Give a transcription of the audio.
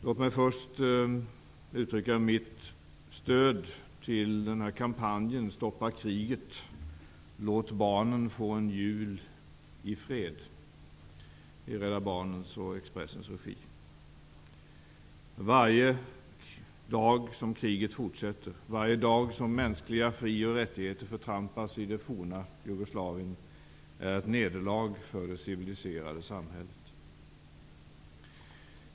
Låt mig först uttrycka mitt stöd till kampanjen Rädda Barnens och Expressens regi. Varje dag som kriget fortsätter, varje dag som mänskliga fri och rättigheter förtrampas i det forna Jugoslavien, är ett nederlag för det civiliserade samhället.